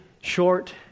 short